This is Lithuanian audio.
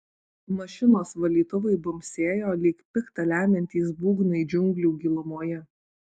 mašinos valytuvai bumbsėjo lyg pikta lemiantys būgnai džiunglių gilumoje